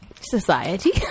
Society